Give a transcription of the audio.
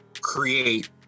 create